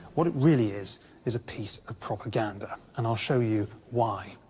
what it really is is a piece of propaganda, and i'll show you why.